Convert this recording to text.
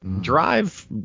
Drive